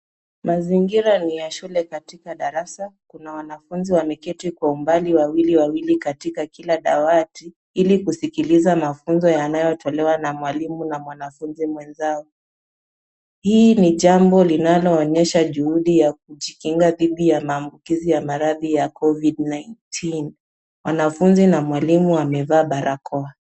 Mazingira ni ya shule katika darasa. Kuna wanafunzi wameketi kwa umbali wawili wawili katika kila dawati, ili kusikiliza mafunzo yanayotolewa na mwalimu na mwanafunzi mwenzao. Hili ni jambo linaloonyesha juhudi ya kujikinga dhidi ya maambukizi ya maradhi ya Covid-19. Mwanafunzi na mwalimu wamevaa barakoa.